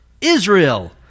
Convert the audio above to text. Israel